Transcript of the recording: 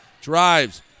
drives